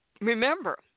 Remember